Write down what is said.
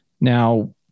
Now